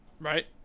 right